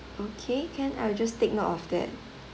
okay can I'll just take note of that